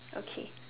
okay